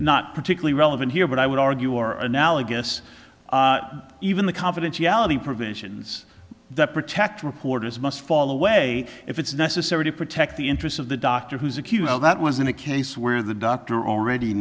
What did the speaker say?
not particularly relevant here but i would argue are analogous even the confidentiality provisions that protect reporters must fall away if it's necessary to protect the interests of the doctor who's accused of that was in a case where the doctor already